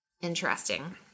interesting